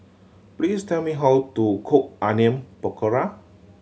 please tell me how to cook Onion Pakora